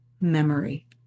memory